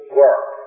work